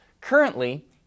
Currently